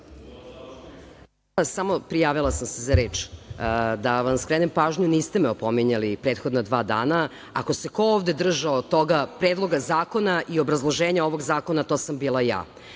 Prijavila sam se za reč. Da vam skrenem pažnju, niste me opominjali prethodna dva dana. Ako se ko ovde držao toga, Predloga zakona i obrazloženja ovog zakona, to sam bila